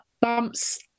bumps